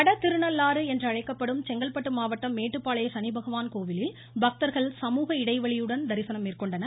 வடதிருநள்ளாறு என அழைக்கப்படும் செங்கல்பட்டு மாவட்டம் மேட்டுப்பாளைய சனிபகவான் கோவிலில் பக்தர்கள் சமூக இடைவெளியுடன் தரிசனம் மேற்கொண்டனர்